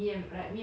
你们